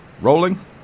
Rolling